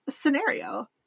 scenario